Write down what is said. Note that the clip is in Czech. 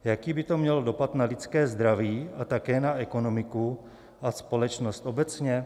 Jaký by to mělo dopad na lidské zdraví a také na ekonomiku a společnost obecně?